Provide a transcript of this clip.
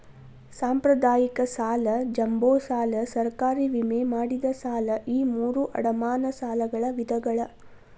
ಸಾಂಪ್ರದಾಯಿಕ ಸಾಲ ಜಂಬೋ ಸಾಲ ಸರ್ಕಾರಿ ವಿಮೆ ಮಾಡಿದ ಸಾಲ ಈ ಮೂರೂ ಅಡಮಾನ ಸಾಲಗಳ ವಿಧಗಳ